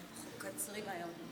אנחנו מקצרים היום.